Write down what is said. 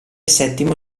settimo